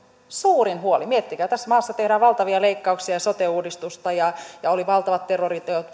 suurin huoli miettikää tässä maassa tehdään valtavia leikkauksia ja sote uudistusta ja ja oli valtavat terroriteot